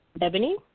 Ebony